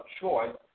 choice